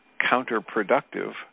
counterproductive